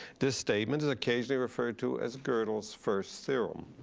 this statement is occasionally referred to as godel's first theorem.